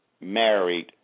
married